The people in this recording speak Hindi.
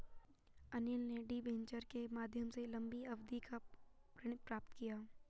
अनिल ने डिबेंचर के माध्यम से लंबी अवधि का ऋण प्राप्त किया